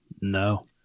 no